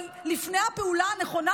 אבל לפני הפעולה הנכונה,